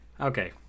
okay